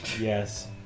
Yes